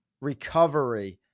recovery